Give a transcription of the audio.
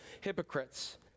hypocrites